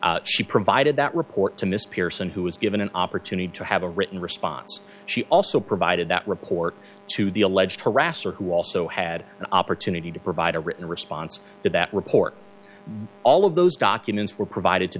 interviews she provided that report to miss pearson who was given an opportunity to have a written response she also provided that report to the alleged harasser who also had an opportunity to provide a written response to that report all of those documents were provided to